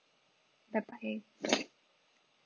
bye bye